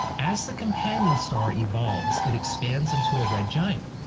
as the companion star evolves, it expands into a red giant.